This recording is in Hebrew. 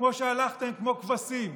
כמו שהלכתם כמו כבשים